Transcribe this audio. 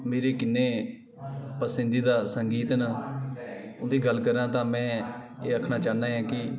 मेरे किन्ने पसंदिदां दा सगींत ना उंदी गल्ल करां ते में एह् आक्खना चाहन्नां कि